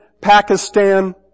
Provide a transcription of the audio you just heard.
Pakistan